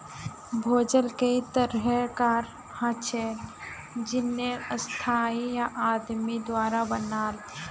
भूजल कई तरह कार हछेक जेन्ने स्थाई या आदमी द्वारा बनाल